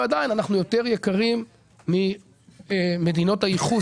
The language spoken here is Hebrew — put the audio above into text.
עדיין אנחנו יותר יקרים ממדינות הייחוס